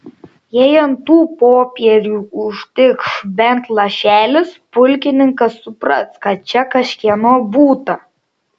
jei ant tų popierių užtikš bent lašelis pulkininkas supras kad čia kažkieno būta